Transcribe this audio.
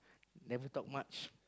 never talk much